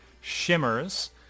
shimmers